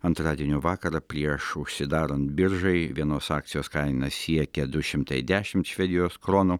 antradienio vakarą prieš užsidarant biržai vienos akcijos kaina siekė du šimtai dešimt švedijos kronų